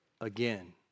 again